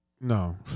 No